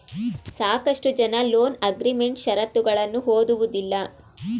ಸಾಕಷ್ಟು ಜನ loan agreement ಶರತ್ತುಗಳನ್ನು ಓದುವುದಿಲ್ಲ